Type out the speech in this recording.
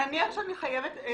נניח שאני משלמת